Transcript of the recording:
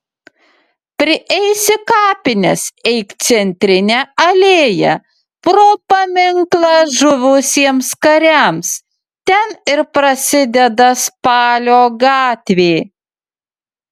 prieisi kapines eik centrine alėja pro paminklą žuvusiems kariams ten ir prasideda spalio gatvė